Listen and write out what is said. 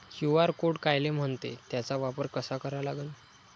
QR code कायले म्हनते, त्याचा वापर कसा करा लागन?